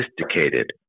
sophisticated